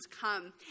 come